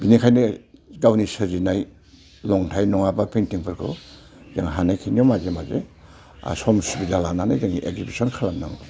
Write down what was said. बिनिखायनो गावनि सोरजिनाय लंथाय नङाब्ला पेनटिंफोरखौ जों हानायखिनि माजे माजे सम सुबिदा लानानै जों एकजिबिसन खालामनांगौ